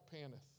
panteth